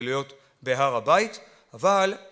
להיות בהר הבית אבל